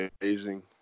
amazing